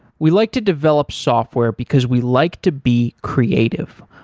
we like to develop software because we like to be creative.